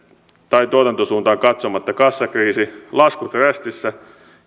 tai tuotantosuuntaan katsomatta kassakriisi laskut rästissä